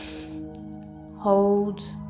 hold